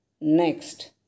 Next